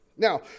Now